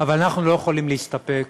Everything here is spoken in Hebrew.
אבל אנחנו לא יכולים להסתפק